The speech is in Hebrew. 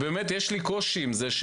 יש לי קושי עם זה.